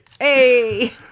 Hey